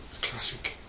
classic